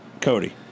Cody